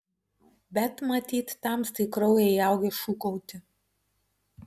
bet matyt tamstai į kraują įaugę šūkauti